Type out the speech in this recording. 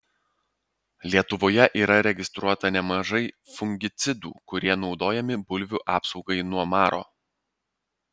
lietuvoje yra registruota nemažai fungicidų kurie naudojami bulvių apsaugai nuo maro